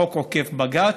חוק עוקף בג"ץ,